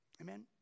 Amen